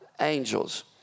angels